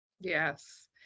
yes